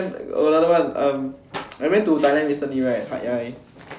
then got another one um I went to Thailand recently right Hat-Yai